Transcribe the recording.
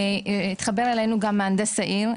התחבר אלינו גם מהנדס העיר,